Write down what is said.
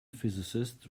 physicist